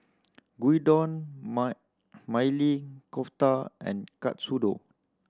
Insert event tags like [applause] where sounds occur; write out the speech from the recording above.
Gyudon [unintelligible] Maili Kofta and Katsudon